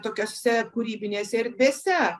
tokiose kūrybinėse erdvėse